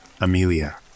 Amelia